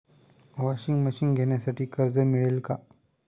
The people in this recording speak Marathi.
वॉशिंग मशीन घेण्यासाठी कर्ज मिळेल का?